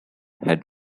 had